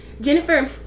Jennifer